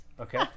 okay